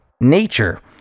nature